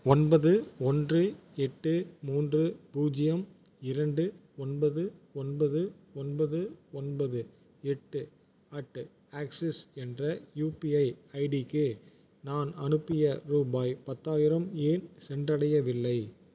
ஒன்பது ஒன்று எட்டு மூன்று பூஜ்ஜியம் இரண்டு ஒன்பது ஒன்பது ஒன்பது ஒன்பது எட்டு அட்டு ஆக்சிஸ் என்ற யூபிஐ ஐடிக்கு நான் அனுப்பிய ரூபாய் பத்தாயிரம் ஏன் சென்றடையவில்லை